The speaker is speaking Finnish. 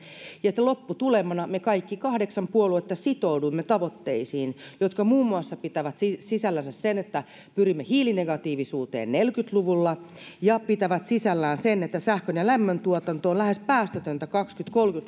ja lopputulemana me kaikki kahdeksan puoluetta sitouduimme tavoitteisiin jotka pitävät sisällänsä muun muassa sen että pyrimme hiilinegatiivisuuteen kaksituhattaneljäkymmentä luvulla ja sen että sähkön ja lämmöntuotanto on lähes päästötöntä kaksituhattakolmekymmentä luvun